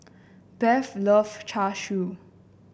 Beth loves Char Siu